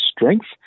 strength